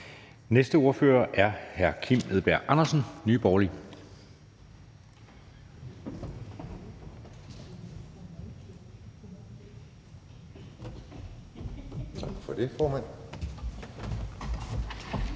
Næste ordfører er hr. Kim Edberg Andersen, Nye Borgerlige. Kl. 17:25 (Ordfører)